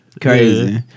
Crazy